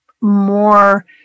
more